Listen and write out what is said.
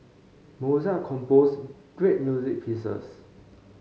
Mozart composed great music pieces